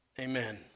Amen